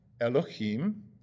Elohim